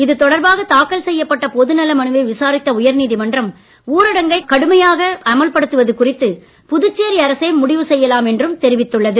இது தொடர்பாக தாக்கல் செய்யப்பட்ட பொதுநல மனுவை விசாரித்த உயர் நீதிமன்றம் ஊரடங்கை கடுமையாக அமல்படுத்துவது குறித்து புதுச்சேரி அரசே முடிவு செய்யலாம் என்றும் தெரிவித்துள்ளது